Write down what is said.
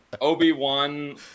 Obi-Wan